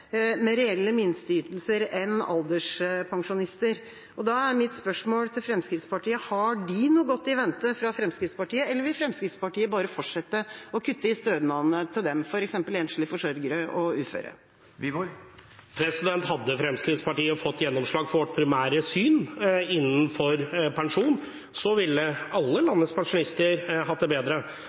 med reelle minsteytelser enn alderspensjonister. Da er mitt spørsmål til Fremskrittspartiet: Har de noe godt i vente fra Fremskrittspartiet, eller vil Fremskrittspartiet bare fortsette å kutte i stønadene til dem, f.eks. enslige forsørgere og uføre? Hadde Fremskrittspartiet fått gjennomslag for sitt primære syn innenfor pensjon, ville alle landets pensjonister hatt det bedre.